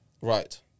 Right